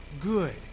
good